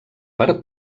per